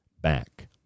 back